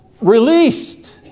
released